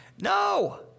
No